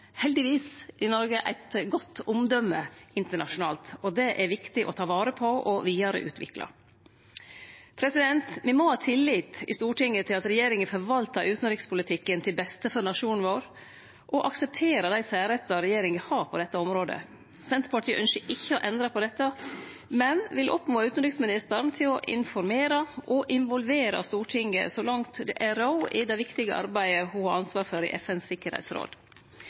heldigvis i Noreg eit godt omdøme internasjonalt. Det er viktig å ta vare på og vidareutvikle. Me må ha tillit i Stortinget til at regjeringa forvaltar utanrikspolitikken til beste for nasjonen vår og akseptere dei særrettar regjeringa har på dette området. Senterpartiet ønskjer ikkje å endre på dette, men vil oppmode utanriksministeren til å informere og involvere Stortinget så langt det er råd i det viktige arbeidet ho har ansvar for i FNs